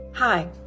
Hi